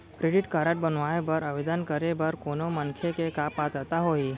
Credit card बनवाए बर आवेदन करे बर कोनो मनखे के का पात्रता होही?